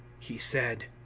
he said,